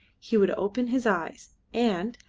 he would open his eyes, and,